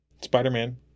Spider-Man